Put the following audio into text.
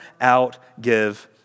outgive